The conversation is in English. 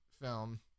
film